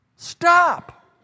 Stop